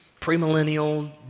premillennial